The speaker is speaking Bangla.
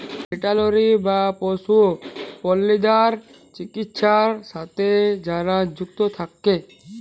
ভেটেলারি বা পশু প্রালিদ্যার চিকিৎছার সাথে যারা যুক্ত থাক্যে